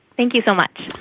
thank you so much.